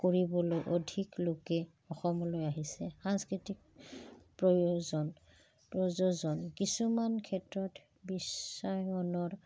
কৰিবলৈ অধিক লোকে অসমলৈ আহিছে সাংস্কৃতিক প্ৰয়োজন প্ৰযোজন কিছুমান ক্ষেত্ৰত বিশ্বায়নৰ